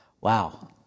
Wow